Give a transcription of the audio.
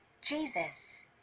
Jesus